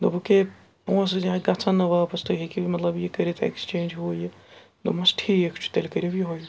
دوٚپکھ ہے پونٛسہٕ گژھن نہٕ واپَس تُہۍ ہیٚکِو یہِ مطلب یہِ کٔرِتھ ایکٕسچینٛج ہُہ یہِ دوٚپمَس ٹھیٖک چھُ تیٚلہِ کٔرِو یِہوٚے